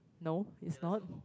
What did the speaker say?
no it's not